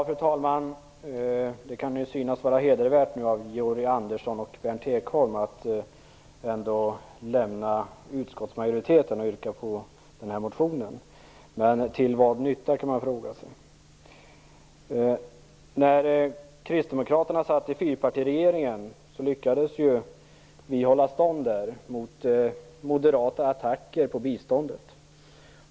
Fru talman! Det kan synas vara hedervärt av Georg Andersson och Berndt Ekholm att lämna utskottsmajoriteten och yrka bifall till motionen. Men till vad nytta, kan man fråga sig. När vi kristdemokrater var med i fyrpartiregeringen lyckades vi ju hålla stånd mot moderata attacker på biståndet.